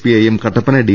P യെയും Kattappana D